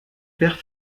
père